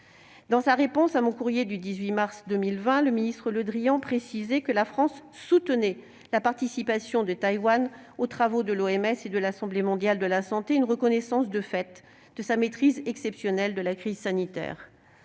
Dans sa réponse à mon courrier du 18 mars 2020, le ministre Le Drian précisait que la France soutenait la participation de Taïwan aux travaux de l'OMS et de l'Assemblée mondiale de la santé, une reconnaissance de fait de sa maîtrise exceptionnelle de la crise sanitaire.